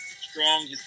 strong